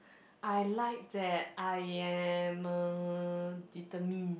I like that I am uh determined